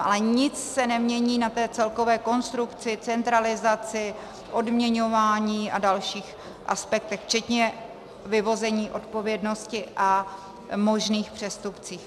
Ale nic se nemění na té celkové konstrukci, centralizaci, odměňování a dalších aspektech včetně vyvození odpovědnosti a možných přestupcích.